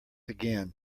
again